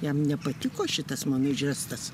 jam nepatiko šitas mano žestas